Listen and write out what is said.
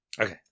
Okay